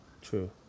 True